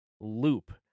loop